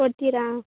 ಕೊಡ್ತೀರಾ